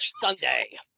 Sunday